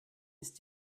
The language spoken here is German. ist